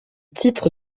titre